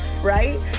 right